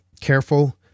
careful